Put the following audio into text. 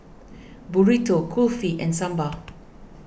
Burrito Kulfi and Sambar